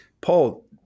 Paul